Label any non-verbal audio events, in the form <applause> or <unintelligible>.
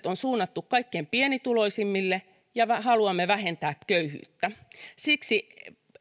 <unintelligible> on suunnattu kaikkein pienituloisimmille ja haluamme vähentää köyhyyttä siksi